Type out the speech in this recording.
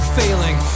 failing